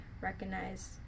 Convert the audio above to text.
recognize